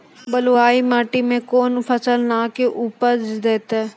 बलूआही माटि मे कून फसल नीक उपज देतै?